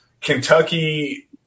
Kentucky